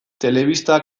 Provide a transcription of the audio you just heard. telebista